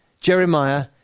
Jeremiah